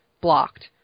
blocked